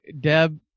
deb